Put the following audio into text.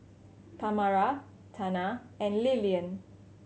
Tamara Tana and Lilyan